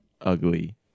ugly